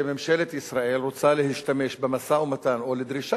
שממשלת ישראל רוצה להשתמש במשא-ומתן או בדרישה